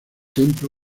templo